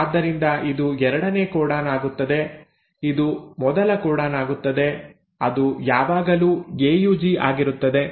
ಆದ್ದರಿಂದ ಇದು ಎರಡನೇ ಕೋಡಾನ್ ಆಗುತ್ತದೆ ಇದು ಮೊದಲ ಕೋಡಾನ್ ಆಗುತ್ತದೆ ಅದು ಯಾವಾಗಲೂ ಎಯುಜಿ ಆಗಿರುತ್ತದೆ